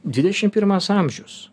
dvidešim pirmas amžius